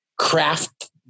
craft